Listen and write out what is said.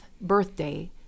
birthday